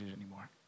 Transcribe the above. anymore